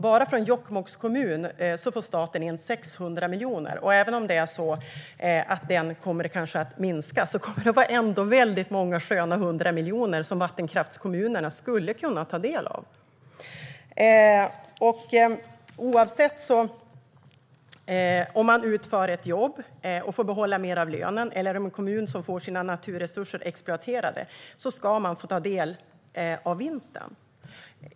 Bara från Jokkmokks kommun får staten i dag in 600 miljoner, och även om det beloppet kanske kommer att minska kommer det ändå att vara hundratals sköna miljoner som vattenkraftskommunerna skulle kunna ta del av, oavsett om det handlar om att den som utför ett jobb får behålla mer av lönen eller att en kommun som får sina naturresurser exploaterade får ta del av vinsten.